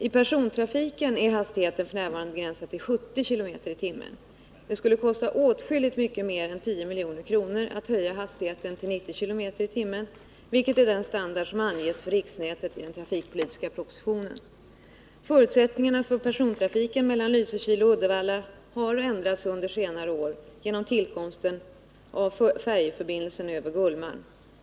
I persontrafiken är hastigheten f. n. begränsad till 70 km i timmen. Det skulle kosta åtskilligt mycket mer än 10 milj.kr. att höja hastigheten till 90 km i timmen, vilket är en standard som anges för riksnätet i den trafikpolitiska propositionen. Förutsättningarna för persontrafiken mellan Lysekil och Uddevalla har ändrats under senare år genom tillkomsten av färjeförbindelsen över Gullmarn.